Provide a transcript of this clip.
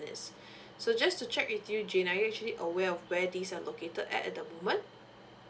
so just to check with you jane are you actually aware of where these are located at at the moment